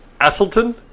Asselton